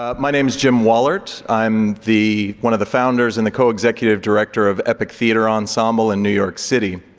ah my name is jim wallert. i'm the one of the founders and the co-executive director of epic theatre ensemble in new york city